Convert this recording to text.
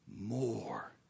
More